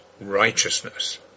righteousness